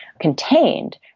contained